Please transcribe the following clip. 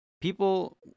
people